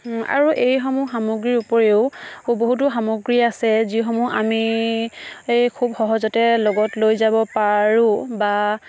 আৰু এইসমূহ সামগ্ৰীৰ উপৰিও বহুতো সামগ্ৰী আছে যিসমূহ আমি এই খুব সহজতে লগত লৈ যাব পাৰোঁ বা